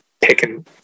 picking